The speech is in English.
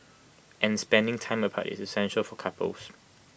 and spending time apart is essential for couples